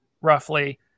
roughly